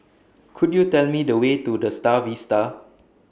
Could YOU Tell Me The Way to The STAR Vista